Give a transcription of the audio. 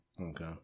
Okay